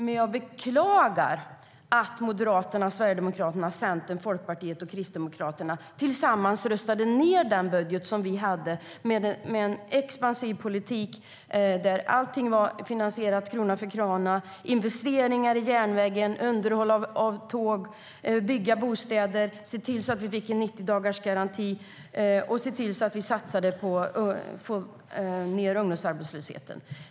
Men jag beklagar att Moderaterna, Sverigedemokraterna, Centern, Folkpartiet och Kristdemokraterna tillsammans röstade ned vår budget med en expansiv politik där allting var finansierat krona för krona. Budgeten innehöll investeringar och underhåll av järnväg, bostadsbyggande, införande av en 90-dagarsgaranti och en satsning på att få ned ungdomsarbetslösheten.